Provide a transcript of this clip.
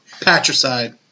Patricide